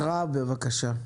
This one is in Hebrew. הקראה בבקשה.